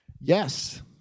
Yes